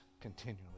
continually